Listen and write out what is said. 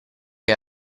che